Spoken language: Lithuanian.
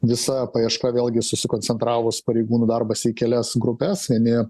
visa paieška vėlgi susikoncentravus pareigūnų darbas į kelias grupes vieni